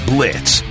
Blitz